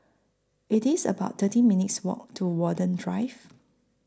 It's about thirteen minutes' Walk to Watten Drive